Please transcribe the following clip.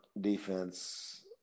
defense